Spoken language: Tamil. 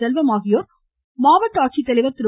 செல்வம் ஆகியோர் மாவட்ட ஆட்சித்தலைவர் திரு